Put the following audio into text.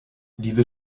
diese